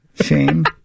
Shame